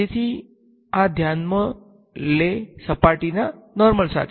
તેથી આ ધ્યાનમાં લે સપાટીને નોર્મલ સાથે